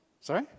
Sorry